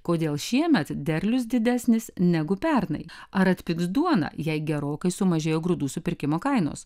kodėl šiemet derlius didesnis negu pernai ar atpigs duona jei gerokai sumažėjo grūdų supirkimo kainos